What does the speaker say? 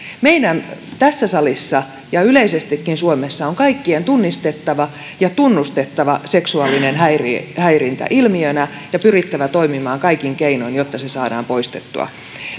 meidän tässä salissa ja yleisestikin suomessa kaikkien on tunnistettava ja tunnustettava seksuaalinen häirintä häirintä ilmiönä ja pyrittävä toimimaan kaikin keinoin jotta se saadaan poistettua